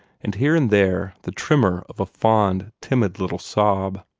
and here and there the tremor of a fond, timid little sob.